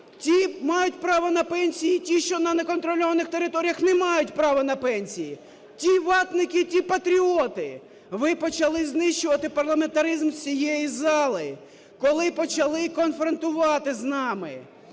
ті мають право на пенсії, ті, що на не контрольованих територіях не мають право на пенсії, ті - "ватники", ті - патріоти. Ви почали знищувати парламентаризм з цієї зали, коли почали конфронтувати з нами.